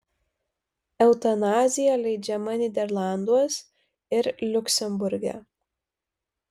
eutanazija leidžiama nyderlanduos ir liuksemburge